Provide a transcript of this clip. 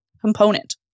component